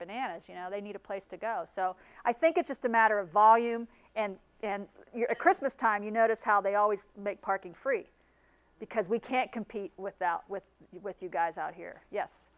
bananas you know they need a place to go so i think it's just a matter of volume and christmas time you notice how they always make parking free because we can't compete without with you with you guys out here yes